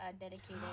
Dedicated